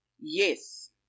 yes